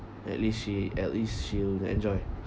at least she at least she'll enjoy